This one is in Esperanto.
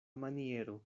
maniero